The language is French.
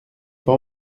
pas